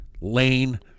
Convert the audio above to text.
Lane